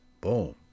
boom